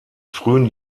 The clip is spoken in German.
frühen